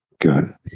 Good